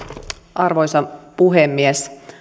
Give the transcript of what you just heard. arvoisa puhemies